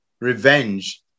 revenge